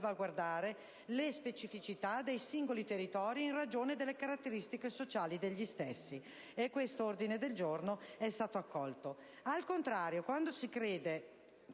salvaguardare le specificità dei singoli territori in ragione delle caratteristiche sociali degli stessi. Questo ordine del giorno è stato accolto. Al contrario di quanto si crede,